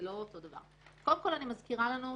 אני מזכירה לכולנו,